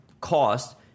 cost